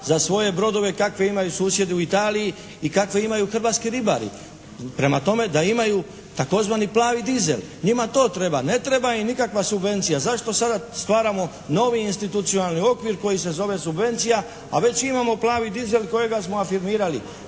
za svoje brodove kakve imaju susjedi u Italiji i kakve imaju hrvatski ribari. Prema tome da imaju tzv. plavi diesel. Njima to treba, ne treba im nikakva subvencija. Zašto sada stvaramo novi institucionalni okvir koji se zove subvencija a već imamo plavi diesel kojega smo afirmirali.